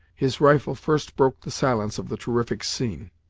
his rifle first broke the silence of the terrific scene.